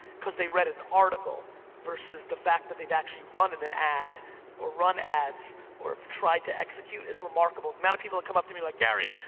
cause they read an article versus the fact that they've actually run and the ad or run ads or have tried to execute is remarkable. the amount of people that come up to me like, gary,